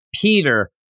peter